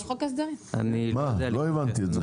לא הבנתי את זה.